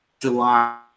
July